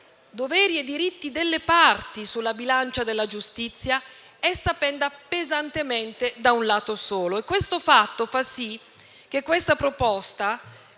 doveri e diritti delle parti sulla bilancia della giustizia, essa penda pesantemente da un lato solo e questo fa di questa proposta